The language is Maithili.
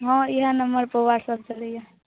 हँ इहए नम्बर पर व्हाट्सप चलिऐ